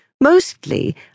Mostly